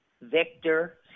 Victor